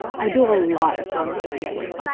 i do a lot of trauma-focused work,